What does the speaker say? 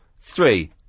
three